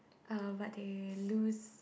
uh but they lose